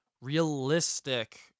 realistic